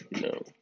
No